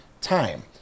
time